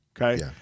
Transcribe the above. okay